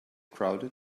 crowded